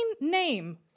name